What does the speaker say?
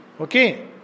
Okay